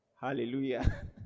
Hallelujah